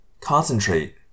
Concentrate